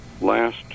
last